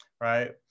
right